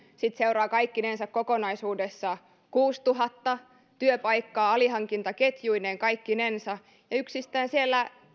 siitä seuraa kaikkinensa kokonaisuudessa kuusituhatta työpaikkaa alihankintaketjuineen kaikkinensa ja yksistään siellä